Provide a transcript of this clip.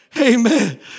Amen